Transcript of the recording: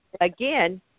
again